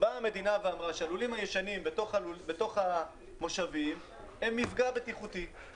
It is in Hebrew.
המדינה באה ואמרה שהלולים הישנים בתוך המושבים הם מפגע בטיחותי,